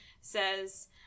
says